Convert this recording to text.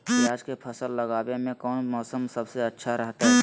प्याज के फसल लगावे में कौन मौसम सबसे अच्छा रहतय?